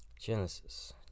Genesis